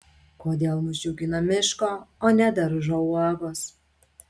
kodėl mus džiugina miško o ne daržo uogos